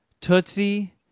Tootsie